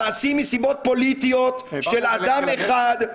נעשים מסיבות פוליטיות של אדם אחד,